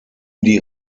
die